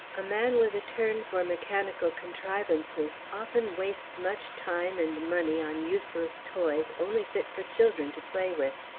a man with a turn for mechanical contrivances often wastes much time and money on useless toys only fit for children to play with.